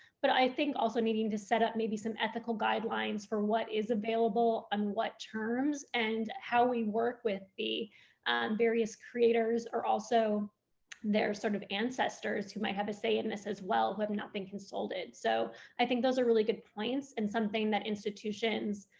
but i think also needing to set up maybe some ethical guidelines for what is available on what terms and how we work with the various creators or also their sort of ancestors who might have a say in this as well, who have not been consulted, so i think those are really good points and something that institutions,